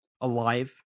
Alive